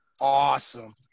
awesome